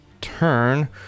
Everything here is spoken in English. turn